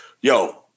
yo